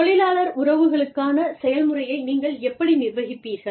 தொழிலாளர் உறவுகளுக்கான செயல்முறையை நீங்கள் எப்படி நிர்வகிப்பீர்கள்